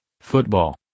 Football